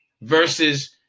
versus